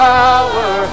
power